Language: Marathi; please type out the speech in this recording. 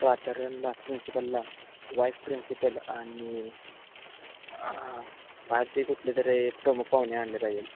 प्राचार्यांला प्रिन्सिपलला वाइस प्रिन्सिपल आणि बाहेरचे कुठले तरी प्रमुख पाहुणे आणले पाहिजे